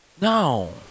No